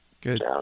Good